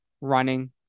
running